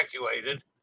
evacuated